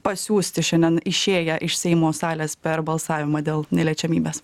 pasiųsti šiandien išėję iš seimo salės per balsavimą dėl neliečiamybės